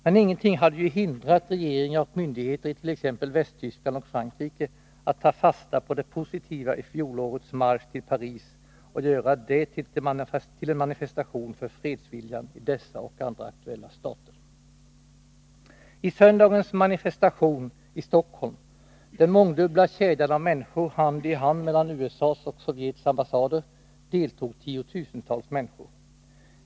Men ingenting hade ju hindrat regeringar och myndigheter i t.ex. Västtyskland och Frankrike att ta fasta på det positiva i fjolårets marsch till Paris och göra det till en manifestation för fredsviljan i dessa och andra aktuella stater. I söndagens manifestation i Stockholm, den mångdubbla kedjan av människor hand i hand mellan USA:s och Sovjets ambassader, deltog tiotusentals människor.